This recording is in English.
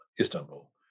Istanbul